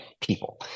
people